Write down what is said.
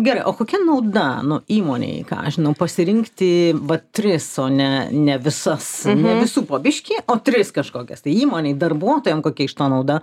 gerai o kokia nauda nu įmonei ką aš žinau pasirinkti va tris o ne ne visas ne visų po biškį o tris kažkokias tai įmonei darbuotojam kokia iš to nauda